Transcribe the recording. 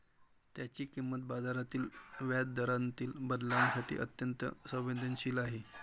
त्याची किंमत बाजारातील व्याजदरातील बदलांसाठी अत्यंत संवेदनशील आहे